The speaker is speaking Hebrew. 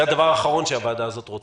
זה הדבר האחרון שהוועדה הזאת רוצה.